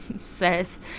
says